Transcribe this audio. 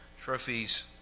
Trophies